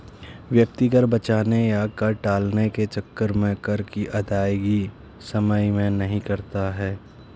व्यक्ति कर बचाने या कर टालने के चक्कर में कर की अदायगी समय से नहीं करता है